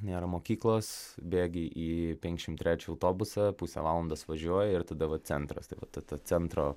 nėra mokyklos bėgi į penkiasdešimt trečią autobusą pusę valandos važiuoja ir tada va centras tai va ta ta centro